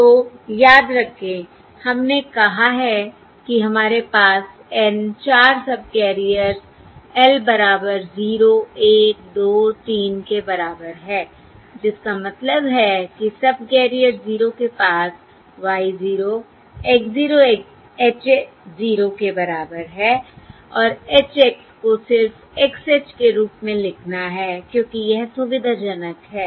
तो याद रखें हमने कहा है कि हमारे पास N 4 सबकैरियर्स l बराबर 0 1 2 3 के बराबर हैं l जिसका मतलब है कि सबकैरियर 0 के पास Y 0 X 0 H 0 के बराबर है और H X को सिर्फ X H के रूप में लिखना है क्योंकि यह सुविधाजनक है